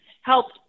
helped